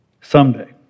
someday